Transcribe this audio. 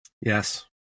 Yes